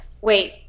Wait